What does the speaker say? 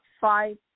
five